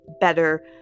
better